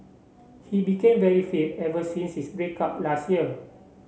he became very fit ever since his break up last year